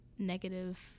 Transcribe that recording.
negative